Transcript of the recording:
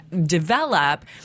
develop